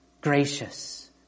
gracious